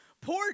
Poor